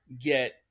get